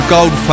Gold